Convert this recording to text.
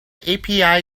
api